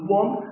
one